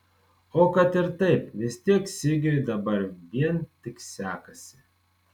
o kad ir taip vis tiek sigiui dabar vien tik sekasi